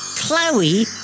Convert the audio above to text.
Chloe